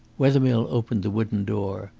wethermill opened the wooden door,